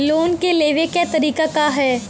Loan के लेवे क तरीका का ह?